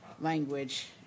language